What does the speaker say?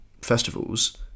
festivals